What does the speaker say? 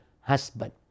husband